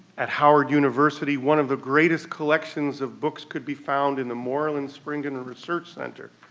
at howard university, one of the greatest collections of books could be found in the moorland-spingarn research center,